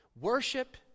Worship